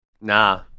Nah